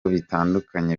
bitandukanye